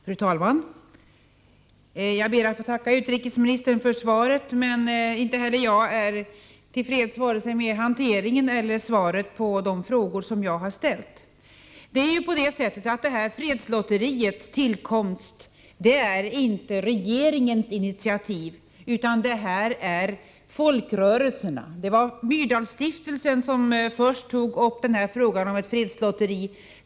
Fru talman! Jag ber att få tacka utrikesministern för svaret, men inte heller jagär till freds med vare sig handläggningen eller svaret på de frågor som jag har ställt. Fredslotteriet tillkom inte på regeringens initiativ, utan folkrörelsernas. Det var Myrdalstiftelsen som först tog upp frågan om ett fredslotteri.